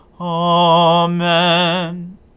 Amen